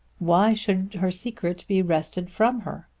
why should her secret be wrested from her?